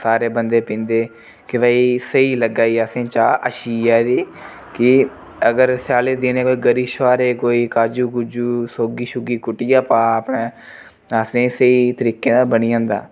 सारे बन्दे पींदे के भाई स्हेई लग्गा दी असेंगी चाह् अच्छी ऐ एह्दी कि अगर स्यालें दिनें कोई गरी शुहारे कोई काजू कुजू सोगी शूगी कुट्टियै पा अपनै असेंगी स्हेई तरीके दा बनी जंदा